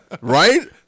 Right